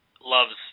loves